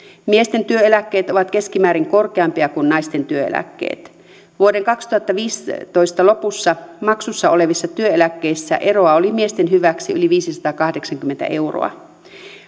miesten työeläkkeet ovat keskimäärin korkeampia kuin naisten työeläkkeet vuoden kaksituhattaviisitoista lopussa maksussa olevissa työeläkkeissä eroa oli miesten hyväksi yli viisisataakahdeksankymmentä euroa